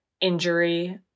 injury